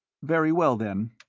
very well, then,